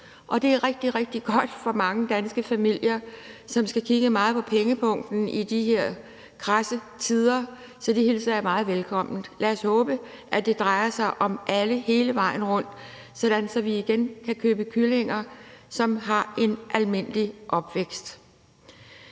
og det er rigtig, rigtig godt for mange danske familier, som skal kigge meget på pengepungen i de her krasse tider, så det hilser jeg meget velkommen. Lad os håbe, at det drejer sig om alle hele vejen rundt, sådan at vi igen kan købe kyllinger, som har haft en almindelig opvækst.